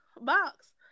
box